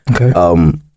Okay